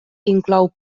inclou